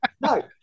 no